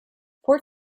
fort